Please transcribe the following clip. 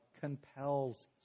compels